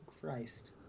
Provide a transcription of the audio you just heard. Christ